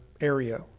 area